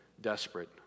desperate